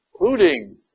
including